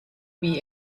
wie